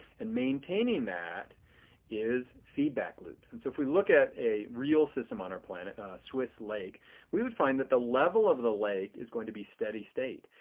and maintaining that is feedback loops. and so if we look at a real system on our planet, a swiss lake we would find that the level of the lake is going to be steady state.